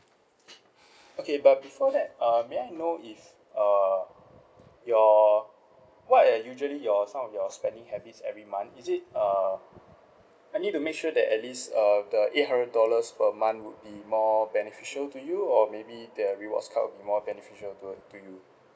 okay but before that uh may I know if uh your what are usually your some of your spending habits every month is it uh I need to make sure that at least uh the eight hundred dollars per month will be more beneficial to you or maybe the rewards card will be more beneficial to uh to you